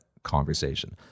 conversation